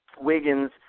Wiggins